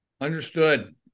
understood